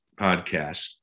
podcast